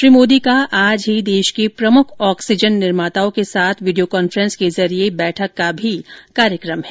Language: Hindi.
श्री मोदी का आज ही देश के प्रमुख ऑक्सीजन निर्माताओं के साथ वीडियो कॉन्फ्रेंस के जरिए बैठक का भी कार्यक्रम है